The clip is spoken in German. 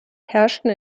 herrschten